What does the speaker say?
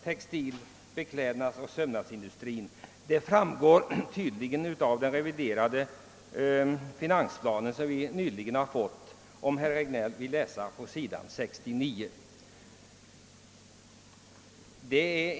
Detta framgår tydligt av den reviderade finansplanen, som vi nyligen har fått; herr Regnéll kan läsa det på s. 69.